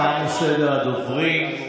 תם סדר הדוברים.